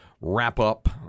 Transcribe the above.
wrap-up